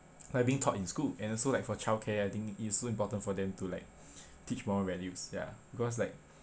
like being taught in school and also like for childcare I think it's also important for them to like teach moral values ya because like